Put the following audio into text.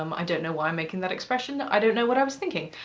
um i don't know why i'm making that expression. i don't know what i was thinking.